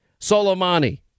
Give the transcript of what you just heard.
Soleimani